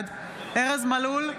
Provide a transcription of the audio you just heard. בעד ארז מלול,